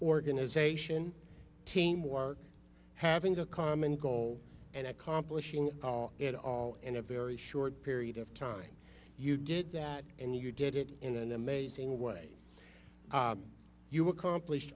organization team or having a common goal and accomplishing it all in a very short period of time you did that and you did it in an amazing way you accomplished